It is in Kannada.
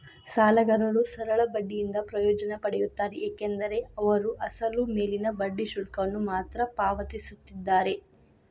ಸಾಲಗಾರರು ಸರಳ ಬಡ್ಡಿಯಿಂದ ಪ್ರಯೋಜನ ಪಡೆಯುತ್ತಾರೆ ಏಕೆಂದರೆ ಅವರು ಅಸಲು ಮೇಲಿನ ಬಡ್ಡಿ ಶುಲ್ಕವನ್ನು ಮಾತ್ರ ಪಾವತಿಸುತ್ತಿದ್ದಾರೆ